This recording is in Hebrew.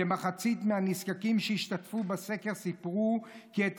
כמחצית מהנזקקים שהשתתפו בסקר סיפרו כי את